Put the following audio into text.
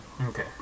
Okay